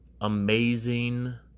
Amazing